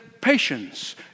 patience